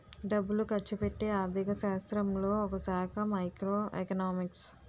డబ్బులు ఖర్చుపెట్టే ఆర్థిక శాస్త్రంలో ఒకశాఖ మైక్రో ఎకనామిక్స్